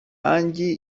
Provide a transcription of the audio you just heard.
angie